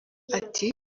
ati